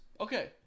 Okay